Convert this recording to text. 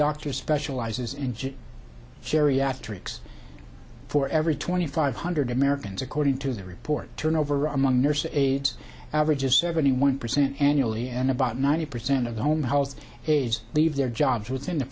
doctor specializes in just geriatrics for every twenty five hundred americans according to the report turnover among nurses aides averages seventy one percent annually and about ninety percent of the home health aides leave their jobs within the